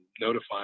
notifying